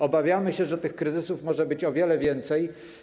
Obawiamy się, że tych kryzysów może być o wiele więcej.